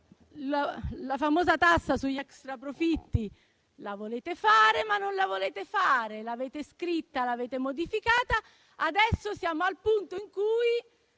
La famosa tassa sugli extraprofitti la volete fare, ma non la volete fare; l'avete scritta ma l'avete modificata; adesso siamo al punto in cui